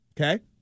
okay